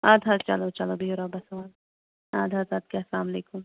اَدٕ حظ چَلو چَلو بیٚہو رۄبس حَوالہٕ اَدٕ حظ اَدٕ کہِ اَلسَلامُ علیکُم